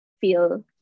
feel